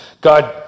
God